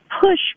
push